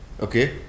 Okay